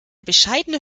bescheidene